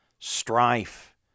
strife